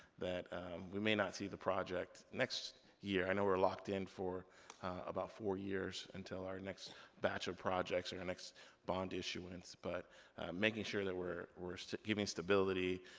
that we may not see the project next year. i know we're locked in for about four years, until our next batch of projects, or the next bond issuance, but making sure that we're we're so giving stability,